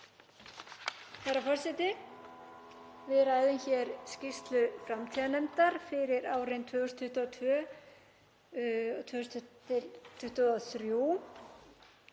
Herra forseti. Við ræðum hér skýrslu framtíðarnefndar fyrir árin 2022 og 2023.